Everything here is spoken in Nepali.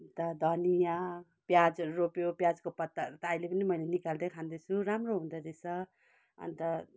अन्त धनियाँ प्याजहरू रोप्यो प्याजको पत्ताहरू त अहिले पनि मैले निकाल्दै खाँदैछु राम्रो हुँदो रहेछ अन्त